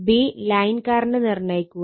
b line current നിർണ്ണയിക്കുക